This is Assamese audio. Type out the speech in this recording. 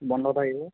বন্ধ থাকিব